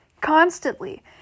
constantly